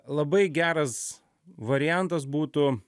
labai geras variantas būtų